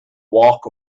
walk